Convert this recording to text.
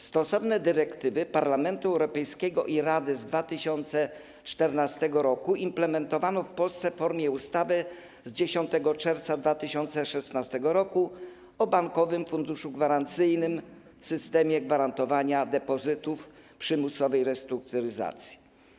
Stosowne dyrektywy Parlamentu Europejskiego i Rady z 2014 r. implementowano w Polsce w formie ustawy z 10 czerwca 2016 r. o Bankowym Funduszu Gwarancyjnym, systemie gwarantowania depozytów oraz przymusowej restrukturyzacji.